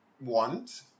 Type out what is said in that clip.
want